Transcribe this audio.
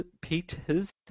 Peters